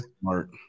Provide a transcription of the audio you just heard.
Smart